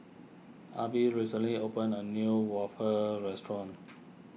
Abbie recently opened a new Waffle restaurant